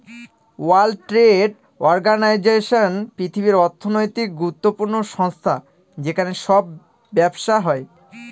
world Trade Organization পৃথিবীর অর্থনৈতিক গুরুত্বপূর্ণ সংস্থা যেখানে সব ব্যবসা হয়